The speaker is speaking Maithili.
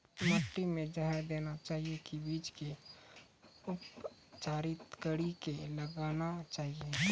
माटी मे जहर देना चाहिए की बीज के उपचारित कड़ी के लगाना चाहिए?